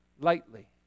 lightly